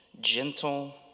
gentle